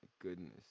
goodness